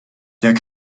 der